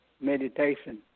meditation